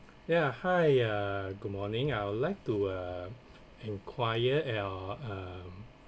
yeah hi uh good morning I would like to uh enquire uh um